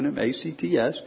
A-C-T-S